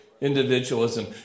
individualism